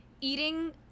eating